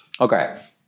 Okay